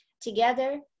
Together